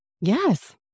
Yes